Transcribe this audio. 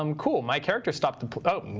um cool, my character stopped oh,